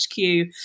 HQ